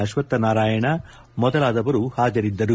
ಅಕ್ಷತ್ಯನಾರಾಯಣ ಮೊದಲಾದವರು ಹಾಜರಿದ್ದರು